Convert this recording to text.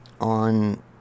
on